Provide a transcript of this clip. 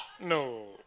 no